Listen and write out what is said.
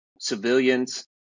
civilians